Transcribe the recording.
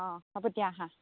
অঁ হ'ব দিয়া আহাঁ